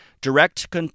direct